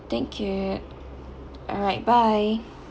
thank you alright bye